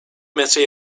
metre